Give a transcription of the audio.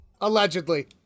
Allegedly